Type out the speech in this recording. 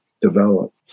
develop